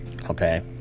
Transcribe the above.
Okay